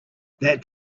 that